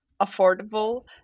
affordable